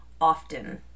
often